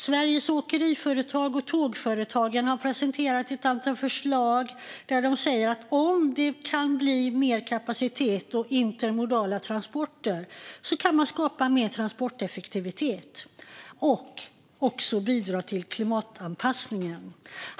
Sveriges Åkeriföretag och Tågföretagen har presenterat ett antal förslag där de säger: Om det kan bli mer kapacitet och intermodala transporter kan man skapa mer transporteffektivitet och även bidra till klimatanpassningen.